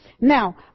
Now